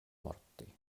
morti